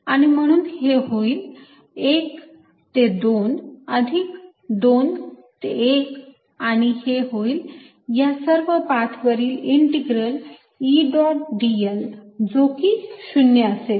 आणि म्हणून हे होईल 1 ते 2 अधिक 2 ते 1 आणि हे होईल या सर्व पाथ वरील इंटिग्रल E डॉट dl जो की 0 असेल